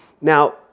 Now